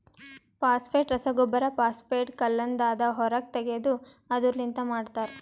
phosphate ರಸಗೊಬ್ಬರ phosphate ಕಲ್ಲದಾಂದ ಹೊರಗ್ ತೆಗೆದು ಅದುರ್ ಲಿಂತ ಮಾಡ್ತರ